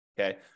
Okay